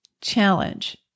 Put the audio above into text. challenge